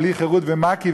בלי חרות ומק"י,